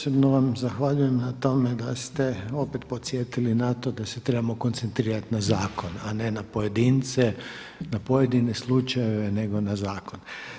Posebno vam zahvaljujem na tome da ste opet podsjetili na to da se trebamo koncentrirati na zakon, a ne na pojedince, na pojedine slučajeve, nego na zakon.